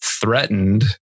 threatened